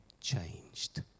changed